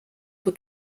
were